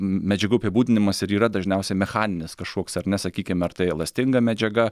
medžiagų apibūdinimas ir yra dažniausiai mechaninis kažkoks ar ne sakykim ar tai elastinga medžiaga